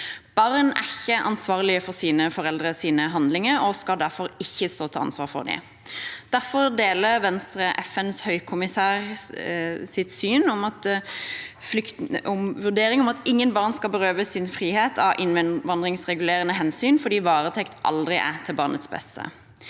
Barn er ikke ansvarlig for sine foreldres handlinger og skal derfor ikke stå til ansvar for dem. Derfor deler Venstre FNs høykommissær for flyktningers vurdering om at ingen barn skal berøves sin frihet av innvandringsregulerende hensyn, fordi varetekt aldri er til barnets beste.